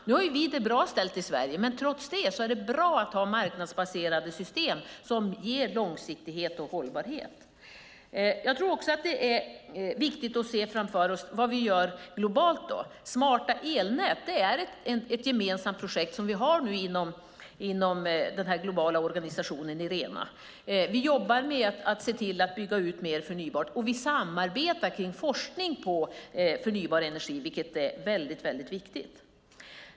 Nu har vi det bra ställt i Sverige, men trots det är det bra att ha marknadsbaserade system som ger långsiktighet och hållbarhet. Jag tror också att det är viktigt att se framför oss vad vi gör globalt. Smarta elnät är ett gemensamt projekt som vi har nu inom den globala organisationen Irena. Vi jobbar med att se till att bygga ut mer förnybart och samarbetar kring forskning på förnybar energi, vilket är väldigt viktigt.